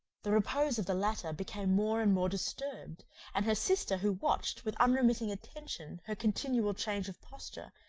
the repose of the latter became more and more disturbed and her sister, who watched, with unremitting attention her continual change of posture,